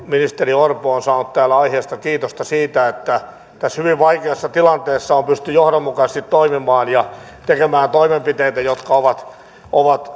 ministeri orpo ovat saaneet täällä aiheesta kiitosta siitä että tässä hyvin vaikeassa tilanteessa on pystytty johdonmukaisesti toimimaan ja tekemään toimenpiteitä jotka ovat